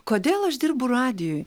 kodėl aš dirbu radijuj